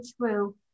true